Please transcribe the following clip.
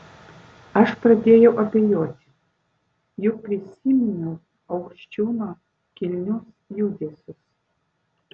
aš pradėjau abejoti juk prisiminiau aukščiūno kilnius judesius